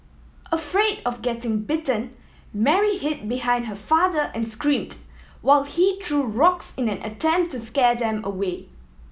afraid of getting bitten Mary hid behind her father and screamed while he threw rocks in an attempt to scare them away